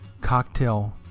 cocktail